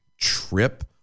trip